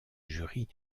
jury